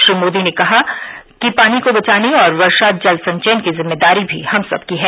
श्री मोदी ने कहा कि पानी को बचाने और वर्षा जल संचयन की जिम्मेदारी भी हम सबकी है